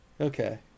Okay